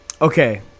Okay